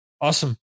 Awesome